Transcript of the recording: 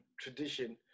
tradition